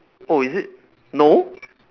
oh is it no